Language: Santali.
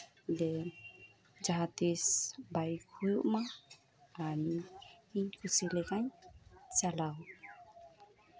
ᱡᱮ ᱡᱟᱦᱟᱸ ᱛᱤᱥ ᱵᱟᱭᱤᱠ ᱦᱳᱭᱳᱜ ᱢᱟ ᱟᱨ ᱤᱧ ᱠᱩᱥᱤ ᱞᱮᱠᱟᱱ ᱪᱟᱞᱟᱣ